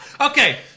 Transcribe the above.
Okay